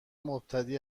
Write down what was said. مبتدی